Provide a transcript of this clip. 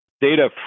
data